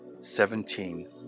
Seventeen